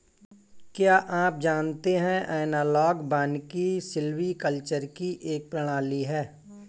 क्या आप जानते है एनालॉग वानिकी सिल्वीकल्चर की एक प्रणाली है